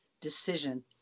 decision